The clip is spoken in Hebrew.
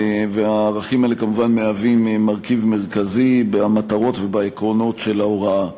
הערכים האלה כמובן מהווים מרכיב מרכזי במטרות ובעקרונות של ההוראה.